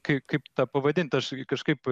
kai kaip tą pavadint aš kažkaip